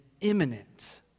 imminent